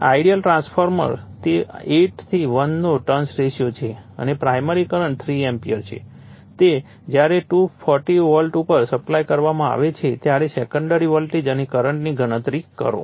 ideal transformer તે 8 થી 1 નો ટર્ન્સ રેશિયો છે અને પ્રાઇમરી કરંટ 3 એમ્પીયર છે તે જ્યારે 240 વોલ્ટ ઉપર સપ્લાય આપવામાં આવે છે ત્યારે સેકન્ડરી વોલ્ટેજ અને કરંટની ગણતરી કરો